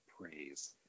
praise